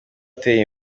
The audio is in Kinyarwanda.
uteye